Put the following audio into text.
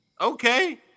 Okay